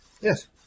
Yes